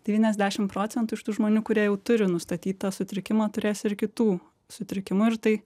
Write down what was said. devyniasdešim procentų iš tų žmonių kurie jau turi nustatytą sutrikimą turės ir kitų sutrikimų ir tai